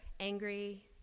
angry